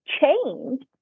change